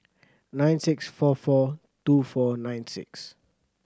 nine six four four two four nine six